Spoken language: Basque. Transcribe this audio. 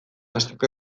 hasteko